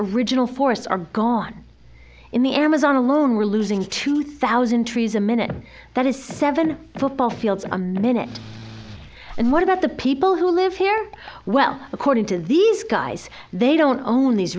original forests are gone in the amazon alone we're losing two thousand trees a minute that is seven football fields a minute and what about the people who live here well according to these guys they don't own these